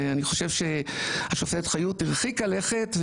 ואני חושב שהשופטת חיות הרחיקה לכת,